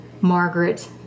Margaret